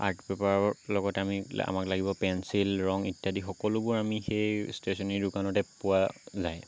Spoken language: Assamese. আৰ্ট পেপাৰৰ লগত আমাক লাগিব পেঞ্চিল ৰং ইত্য়াদি সকলোবোৰ আমি সেই ষ্টেচনাৰী দোকানতে পোৱা যায়